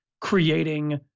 creating